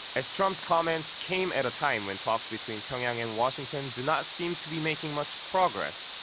as trump's comments came at a time when talks between pyeongyang and washington do not seem to be making much progress,